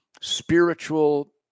spiritual